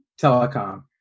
telecom